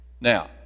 Now